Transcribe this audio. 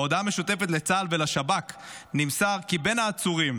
בהודעה משותפת לצה"ל ולשב"כ נמסר כי בין העצורים